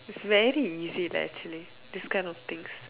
is very easy lah actually these kind of things